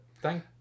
thank